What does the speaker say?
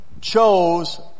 chose